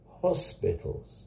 hospitals